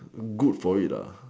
good for it